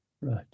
Right